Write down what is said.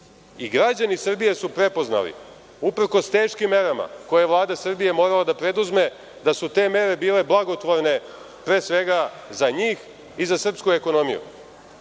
Srbije. Građani Srbije su prepoznali, uprkos teškim merama koje je Vlada Srbije morala da preduzme, da su te mere bile blagotvorne pre svega za njih i za srpsku ekonomiju.